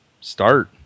start